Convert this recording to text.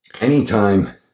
anytime